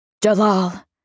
Jalal